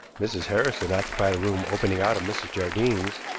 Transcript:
mrs. harrison occupied a room opening out of mrs. jardine's,